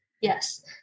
Yes